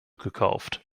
gekauft